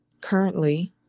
currently